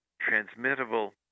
transmittable